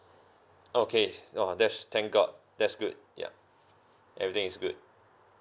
okay oh that's thank god that's good yup everything is good